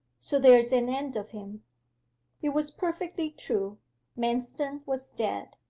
so there's an end of him it was perfectly true manston was dead.